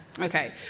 Okay